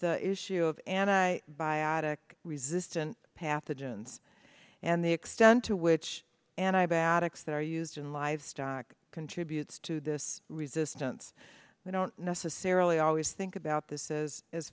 the issue of an eye by adek resistant pathogens and the extent to which antibiotics that are used in livestock contributes to this resistance we don't necessarily always think about this is as